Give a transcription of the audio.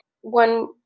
one